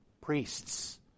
priests